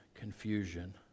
confusion